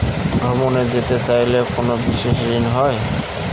ভ্রমণে যেতে চাইলে কোনো বিশেষ ঋণ হয়?